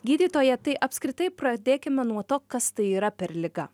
gydytoja tai apskritai pradėkime nuo to kas tai yra per liga